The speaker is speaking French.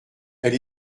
elle